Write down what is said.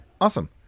Awesome